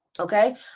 Okay